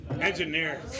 Engineer